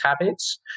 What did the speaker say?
habits